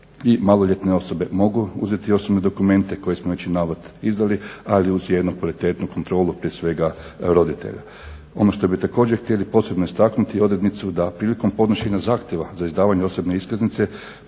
i maloljetne osobe mogu uzeti osobne dokumente koje smo već izdali, ali uz jednu kvalitetnu kontrolu prije svega roditelja. Ono što bi također htjeli posebno istaknuti odrednicu da prilikom podnošenja zahtjeva za izdavanje osobne iskaznice